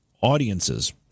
audiences